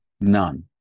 None